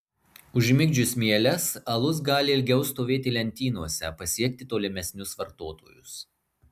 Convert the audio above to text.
užmigdžius mieles alus gali ilgiau stovėti lentynose pasiekti tolimesnius vartotojus